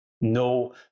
No